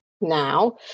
now